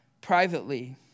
privately